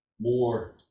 more